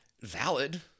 Valid